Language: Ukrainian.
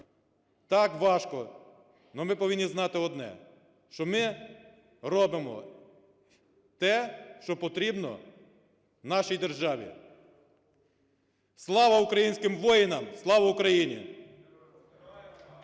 Так, важко. Але ми повинні знати одне, що ми робимо те, що потрібно нашій державі. Слава українським воїнам! Слава Україні!